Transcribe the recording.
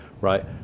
right